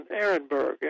Ehrenberg